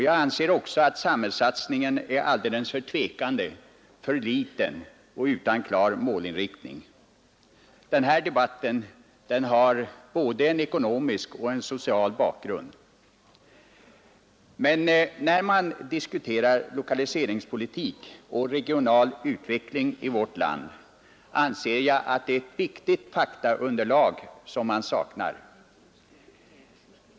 Jag anser också att samhällssatsningen är alldeles för tvekande, för liten och utan klar målinriktning. Den här debatten har både en ekonomisk och en social bakgrund. När man diskuterar lokaliseringspolitik och regional utveckling i vårt land, anser jag att man saknar ett viktigt faktaunderlag.